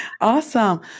Awesome